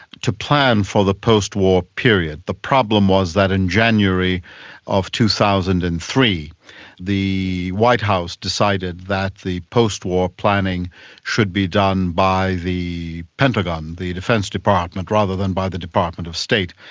to plan for the post-war period. the problem was that in january of two thousand and three the white house decided that the post-war planning should be done by the pentagon, the defence department, rather than by the department of state.